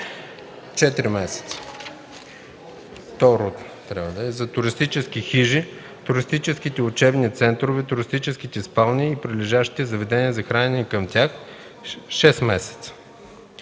месеца; 2. за туристическите хижи, туристическите учебни центрове, туристическите спални и прилежащите заведения за хранене към тях – 6 месеца;